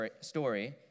story